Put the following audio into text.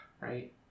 right